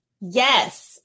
Yes